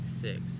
six